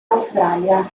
australia